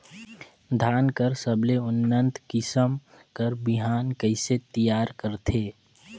धान कर सबले उन्नत किसम कर बिहान कइसे तियार करथे?